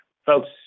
Folks